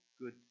good